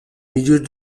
milieux